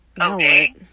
okay